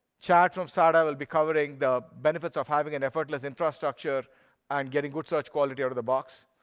chad from sada will be covering the benefits of having an effortless infrastructure and getting good search quality out of the box.